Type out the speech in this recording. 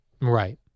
Right